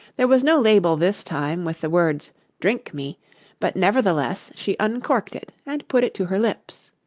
there was no label this time with the words drink me but nevertheless she uncorked it and put it to her lips.